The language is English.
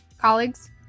colleagues